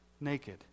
naked